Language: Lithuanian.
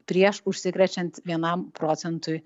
prieš užsikrečiant vienam procentui